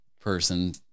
person